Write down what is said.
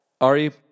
Ari